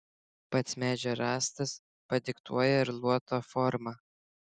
pats medžio rąstas padiktuoja ir luoto formą